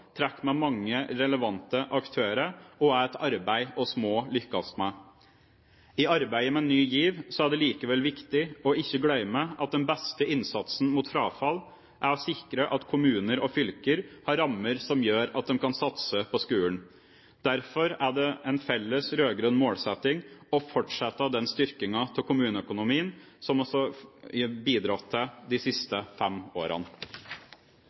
trekker med mange relevante aktører og er et arbeid vi må lykkes med. I arbeidet med Ny GIV er det likevel viktig ikke å glemme at den beste innsatsen mot frafall er å sikre at kommuner og fylker har rammer som gjør at de kan satse på skolen. Derfor er det en felles rød-grønn målsetting å fortsette den styrkingen til kommuneøkonomien som vi har bidratt til de siste fem